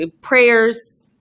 prayers